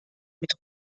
mit